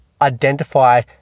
identify